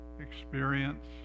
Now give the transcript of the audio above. experience